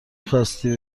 خاستی